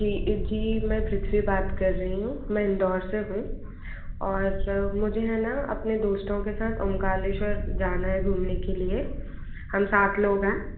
जी जी मैं पृथ्वी बात कर रही हूँ मैं इंदौर से हूँ और सर मुझे है ना अपने दोस्तों के साथ ओंकालेश्वर जाना है घूमने के लिए हम सात लोग हैं